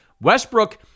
Westbrook